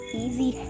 easy